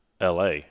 LA